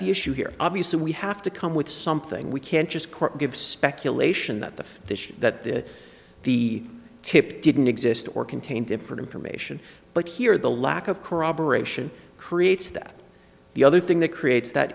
the issue here obviously we have to come with something we can't just give speculation that the this that the tip didn't exist or contain different information but here the lack of corroboration creates that the other thing that creates that